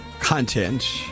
content